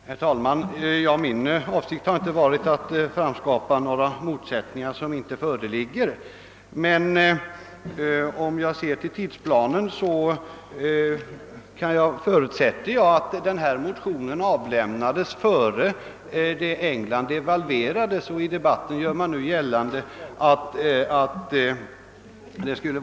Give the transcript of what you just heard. Herr talman! Min avsikt har inte varit att skapa motsättningar där sådana inte föreligger. Jag tror att motionen avlämnades innan England devalverade och detta är i varje fall inget bärande argument i motionen.